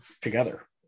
together